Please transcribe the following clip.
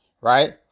right